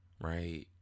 right